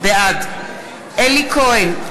בעד אלי כהן,